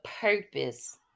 purpose